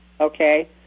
okay